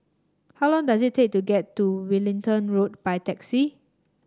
how long does it take to get to Wellington Road by taxi